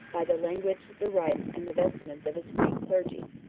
by the language the rites, and the vestments, of his greek clergy.